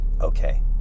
okay